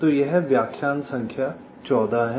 तो यह व्याख्यान 14 है